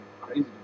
crazy